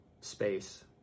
space